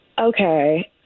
Okay